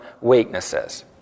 weaknesses